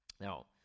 Now